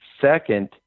second